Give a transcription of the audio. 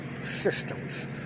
systems